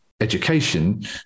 education